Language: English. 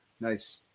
Nice